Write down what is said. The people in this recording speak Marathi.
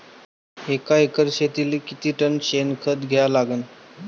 एका एकर शेतीले किती टन शेन खत द्या लागन?